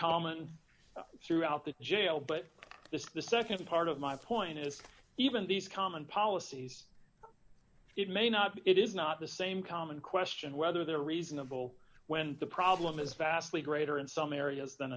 common throughout the jail but this is the nd part of my point is even these common policies it may not it is not the same common question whether there are reasonable when the problem is vastly greater in some areas than